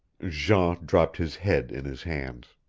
jean dropped his head in his hands.